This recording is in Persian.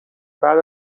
بعد